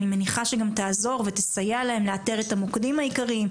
אני מניחה שגם תעזור ותסייע להם לאתר את המוקדים העיקריים,